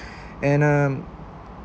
and um